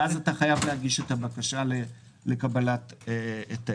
ואז אתה חייב להגיש את הבקשה לקבלת היתר.